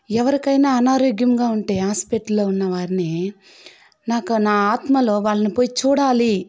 ఎవరికైన అనారోగ్యంగా ఉంటే హాస్పిటల్లో ఉన్నవారిని నాకు నా ఆత్మలో వాళ్ళని పోయి చూడాలి